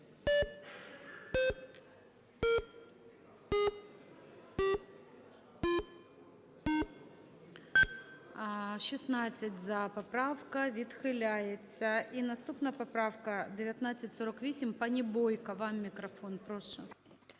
За-16 Поправка відхиляється. І наступна поправка 1948. Пані Бойко, вам мікрофон, прошу.